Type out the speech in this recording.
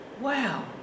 wow